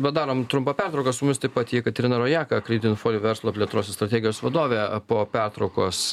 padarom trumpą pertrauką su mumis taip pat jekaterina rojaka kreidinfo verslo plėtros ir strategijos vadovė po pertraukos